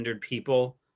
people